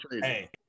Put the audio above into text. Hey